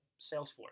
Salesforce